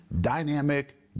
dynamic